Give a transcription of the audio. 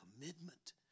commitment